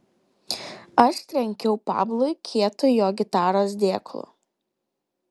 aš trenkiau pablui kietu jo gitaros dėklu